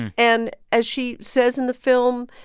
and as she says in the film,